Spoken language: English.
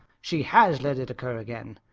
she has let it occur again.